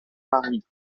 marie